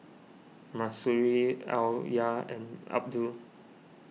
Mahsuri Alya and Abdul